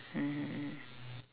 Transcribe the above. mmhmm mm